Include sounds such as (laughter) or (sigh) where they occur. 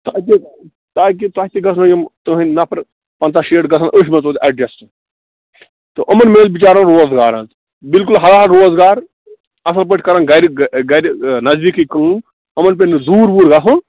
(unintelligible) تاکہِ تۄہہِ تہِ گژھنو یِم تٕہٕنٛدۍ نَفر پنژاہ شیٹھ گژھن أتھۍ مَنٛز تویتہِ ایٚڈجَسٹ تہٕ یِمَن مِلہِ بِچارن روزگار حظ بِلکُل حلال روزگار اَصٕل پٲٹھۍ کَرَن گَرِ گَرِ نزدیٖکٕے کٲم یِمَن پے نہٕ دوٗر ووٗر گَژھُن